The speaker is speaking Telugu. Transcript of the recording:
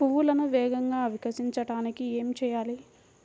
పువ్వులను వేగంగా వికసింపచేయటానికి ఏమి చేయాలి?